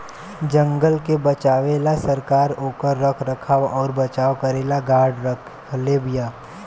जंगल के बचावे ला सरकार ओकर रख रखाव अउर बचाव करेला गार्ड रखले बिया